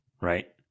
Right